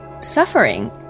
suffering